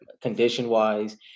condition-wise